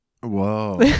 whoa